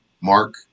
Mark